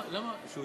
אתה לא